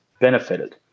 benefited